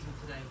today